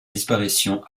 disparition